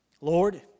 Lord